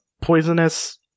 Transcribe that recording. poisonous